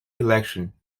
election